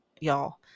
y'all